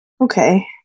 Okay